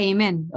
Amen